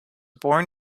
born